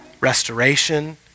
restoration